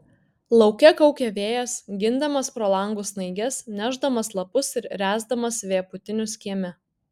lauke kaukė vėjas gindamas pro langus snaiges nešdamas lapus ir ręsdamas vėpūtinius kieme